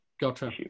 Gotcha